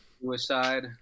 suicide